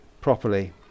properly